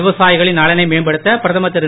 விவசாயிகளின்நலனைம்படுத்தபிரதமர்திரு